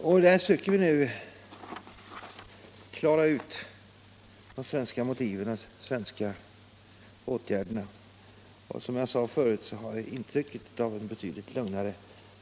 Där försöker vi nu klara ut de svenska motiven och de svenska åtgärderna och, som jag sade förut, det har inträtt en betydligt lugnare